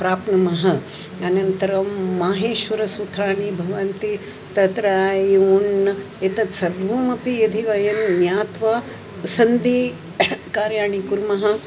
प्राप्नुमः अनन्तरं माहेश्वरसूत्राणि भवन्ति तत्र ऐउण् एतत् सर्वमपि यदि वयं ज्ञात्वा सन्धिकार्याणि कुर्मः